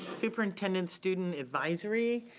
superintendent student advisory,